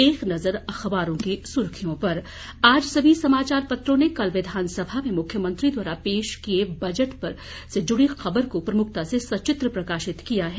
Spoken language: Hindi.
एक नज़र अखबारों की सुर्खियों पर आज सभी समाचार पत्रों ने कल विधानसभा में मुख्यमंत्री द्वारा पेश किए बजट से जुड़ी खबर को प्रमुखता से सचित्र प्रकाशित किया है